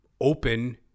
open